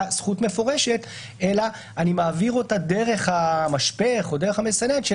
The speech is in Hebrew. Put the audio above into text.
זכות מפורשת אלא אני מעביר אותה דרך המשפך או דרך המסננת של